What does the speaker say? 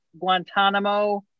Guantanamo